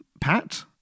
Pat